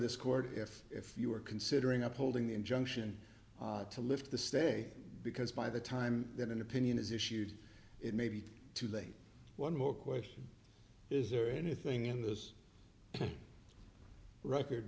this court if if you are considering up holding the injunction to lift the stay because by the time that an opinion is issued it may be too late one more question is there anything in this record